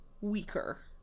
weaker